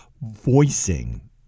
voicing